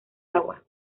agua